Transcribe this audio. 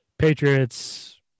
Patriots